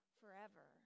forever